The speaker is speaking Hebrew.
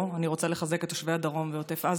אני רוצה לחזק את תושבי הדרום ועוטף עזה,